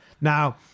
Now